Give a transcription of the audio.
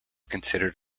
considered